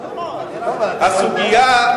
הסוגיה,